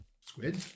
Squid